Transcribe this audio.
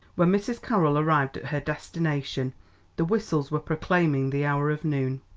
when mrs. carroll arrived at her destination the whistles were proclaiming the hour of noon.